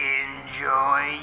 enjoy